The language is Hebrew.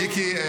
מיקי,